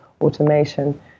automation